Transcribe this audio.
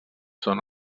són